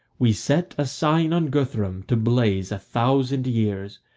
we set a sign on guthrum to blaze a thousand years.